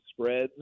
spreads